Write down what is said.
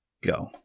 go